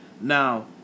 Now